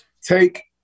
Take